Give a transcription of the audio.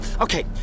Okay